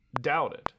doubted